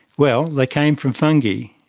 well, they came from fungi.